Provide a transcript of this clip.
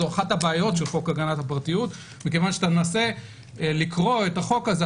זו אחת הבעיות של חוק הגנת הפרטיות מכיוון שאתה מנסה לקרוא את החוק הזה,